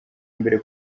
mbere